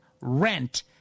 rent